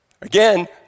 Again